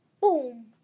Boom